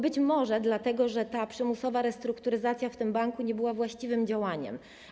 Być może dlatego, że ta przymusowa restrukturyzacja banku nie była właściwym działaniem.